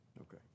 Okay